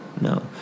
no